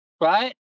right